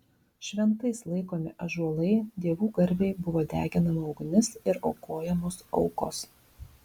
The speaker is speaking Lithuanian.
šventais laikomi ąžuolai dievų garbei buvo deginama ugnis ir aukojamos aukos